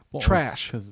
Trash